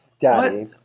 Daddy